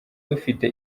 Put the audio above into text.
dufite